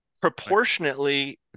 proportionately